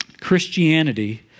Christianity